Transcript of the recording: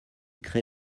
crée